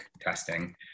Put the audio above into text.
testing